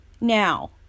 now